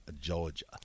Georgia